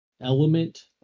element